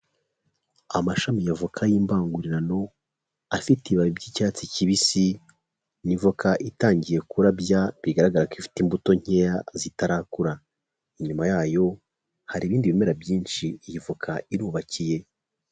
Amashami y'avoka y'imbangurirano afite ibabi by'icyatsi kibisi n'ivoka itangiye kurabya bigaragara ko ifite imbuto nkeya zitarakura inyuma yayo hari ibindi bimera byinshi iyi avoka irubakiye.